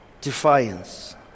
Defiance